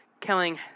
killing